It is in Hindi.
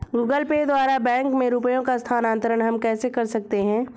गूगल पे द्वारा बैंक में रुपयों का स्थानांतरण हम कैसे कर सकते हैं?